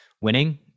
winning